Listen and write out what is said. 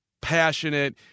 passionate